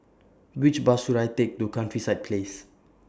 Which Bus should I Take to Countryside Place